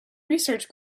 research